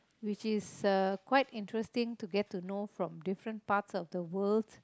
which is uh quite interesting to get to know from different parts of the world